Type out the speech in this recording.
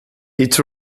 its